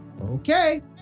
Okay